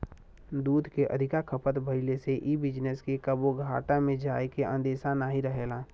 दूध के अधिका खपत भइले से इ बिजनेस के कबो घाटा में जाए के अंदेशा नाही रहेला